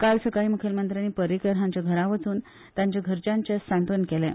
काल सकाळीं मुखेलमंत्र्यानी पर्रीकार हांच्या घरा वचून तांच्या घरच्यांचें सांत्वन केलें